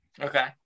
Okay